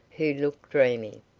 who looked dreamy.